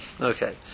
Okay